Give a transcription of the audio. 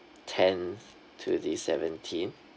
tenth to the seventeenth